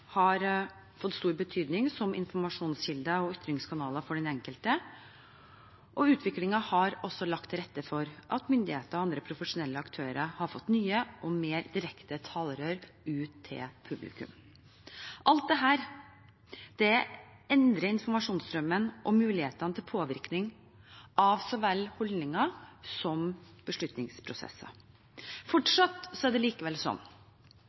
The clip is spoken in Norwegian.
har fått stor betydning som informasjonskilder og ytringskanaler for den enkelte. Utviklingen har også lagt til rette for at myndigheter og andre profesjonelle aktører har fått nye og mer direkte talerør ut til publikum. Alt dette endrer informasjonsstrømmene og muligheten til påvirkning av så vel holdninger som beslutningsprosesser. Fortsatt er det likevel